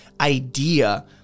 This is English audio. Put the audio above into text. idea